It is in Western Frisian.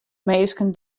minsken